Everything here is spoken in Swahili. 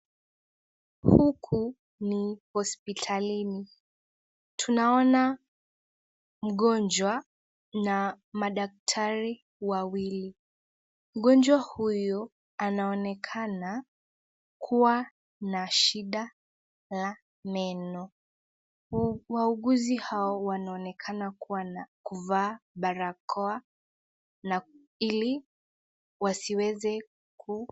Huku ni hospitalini tunaona mgonjwa na madaktari wawili .Mgonjwa huyo anaonekana kuwa na shida la meno. Wauguzi hao wanaonekana kuwa na kuvaa barakoa na ili wasiweze ku...